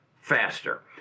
faster